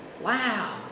Wow